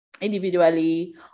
individually